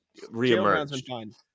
reemerged